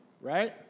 right